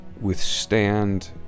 withstand